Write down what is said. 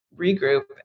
regroup